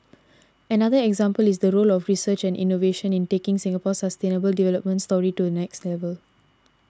another example is the role of research and innovation in taking Singapore's sustainable development story to next level